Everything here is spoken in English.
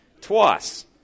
twice